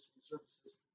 services